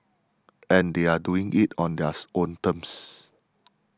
and they are doing it on theirs own terms